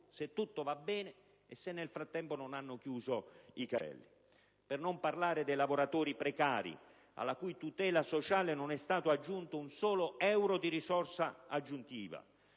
se tutto va bene e se nel frattempo le imprese non avranno chiuso i cancelli. Per non parlare dei lavoratori precari, alla cui tutela sociale non è stato destinato un solo euro di risorse aggiuntive.